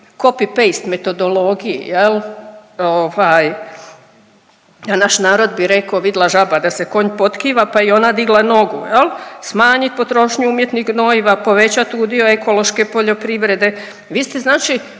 copy-pate metodologiji jel, a naš narod bi reko vidla žaba da se konj potkiva pa i ona digla nogu jel, smanjit potrošnju umjetnih gnojiva, povećat udio ekološke poljoprivrede,